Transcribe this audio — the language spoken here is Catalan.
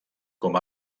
com